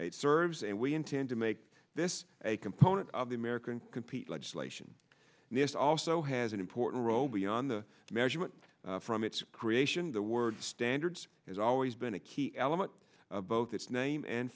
it serves and we intend to make this a component of the american compete legislation and this also has an important role beyond the measurement from its creation the word standards has always been a key element of both its name and